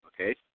okay